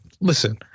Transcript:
Listen